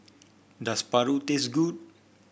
does paru taste good